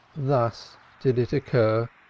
thus did it occur.